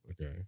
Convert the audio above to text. Okay